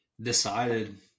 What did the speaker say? decided